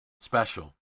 special